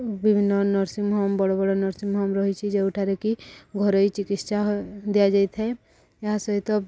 ବିଭିନ୍ନ nursing home ବଡ଼ ବଡ଼ ନର୍ସିଂ ହୋମ ରହିଛି ଯେଉଁଠାରେ କି ଘରୋଇ ଚିକିତ୍ସା ଦିଆଯାଇଥାଏ ଏହା ସହିତ